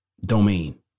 domain